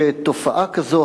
שתופעה כזאת,